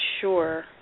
sure